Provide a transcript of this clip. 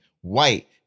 White